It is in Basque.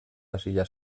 hasia